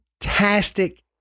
fantastic